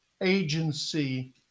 agency